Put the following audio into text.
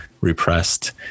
repressed